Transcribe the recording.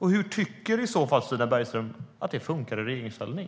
Hur tycker i så fall Stina Bergström att det funkar i regeringsställning?